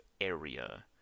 area